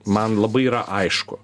man labai yra aišku